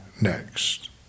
next